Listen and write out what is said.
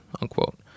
unquote